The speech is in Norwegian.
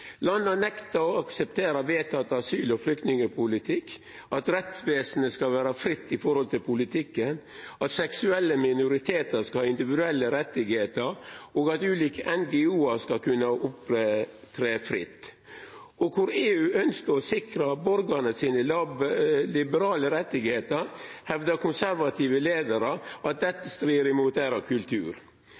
Landa nektar å akseptera vedteken asyl- og flyktningpolitikk, at rettsvesenet skal stå fritt overfor politikken, at seksuelle minoritetar skal ha individuelle rettar, og at ulike NGO-ar skal kunna opptre fritt. Og der EU ønskjer å sikra borgarane sine liberale rettar, hevdar konservative leiarar at dette strir